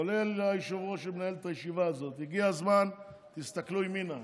כולל היושב-ראש שמנהל את הישיבה הזאת: הגיע הזמן שתסתכלו ימינה,